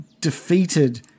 defeated